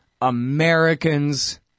Americans